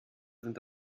sind